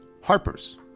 Harper's